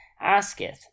asketh